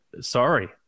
sorry